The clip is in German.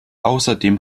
außerdem